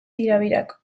tirabirak